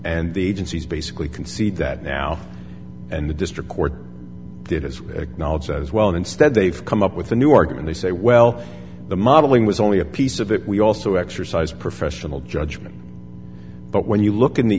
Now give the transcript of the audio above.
and the agencies basically concede that now and the district court did as acknowledged as well and instead they've come up with a new argument they say well the modeling was only a piece of it we also exercise professional judgment but when you look in the